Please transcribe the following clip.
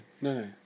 no